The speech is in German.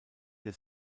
der